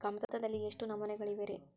ಕಮತದಲ್ಲಿ ಎಷ್ಟು ನಮೂನೆಗಳಿವೆ ರಿ?